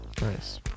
Nice